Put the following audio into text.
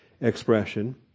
expression